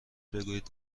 بگویید